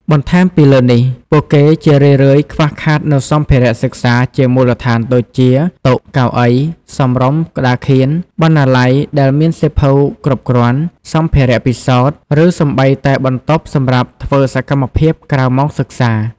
បន្ថែមពីលើនេះ ពួកគេជារឿយៗខ្វះខាតនូវសម្ភារៈសិក្សាជាមូលដ្ឋានដូចជា តុ កៅអី សមរម្យ ក្តារខៀន បណ្ណាល័យដែលមានសៀវភៅគ្រប់គ្រាន់ សម្ភារៈពិសោធន៍ ឬសូម្បីតែបន្ទប់សម្រាប់ធ្វើសកម្មភាពក្រៅម៉ោងសិក្សា។